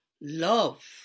love